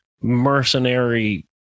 mercenary